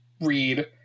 read